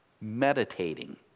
Meditating